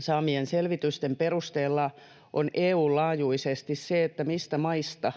saamien selvitysten perusteella on EU:n laajuisesti se, mistä maista